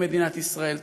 היא מדינת ישראל.